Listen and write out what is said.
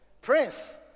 Prince